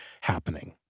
happening